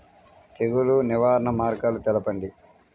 తెగులు నివారణ మార్గాలు తెలపండి?